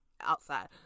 outside